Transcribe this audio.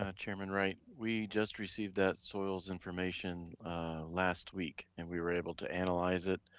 ah chairman wright, we just received that soils information last week and we were able to analyze it,